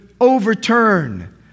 overturn